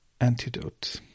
antidote